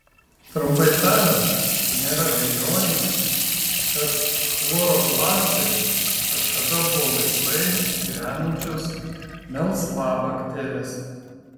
trumpai tariant nėra abejonių kad chloroplastai kažkada buvo laisvai gyvenančios melsvabakterės